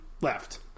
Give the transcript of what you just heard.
left